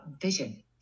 vision